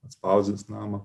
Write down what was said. atspausdins namą